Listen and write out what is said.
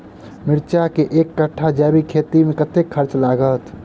मिर्चा केँ एक कट्ठा जैविक खेती मे कतेक खर्च लागत?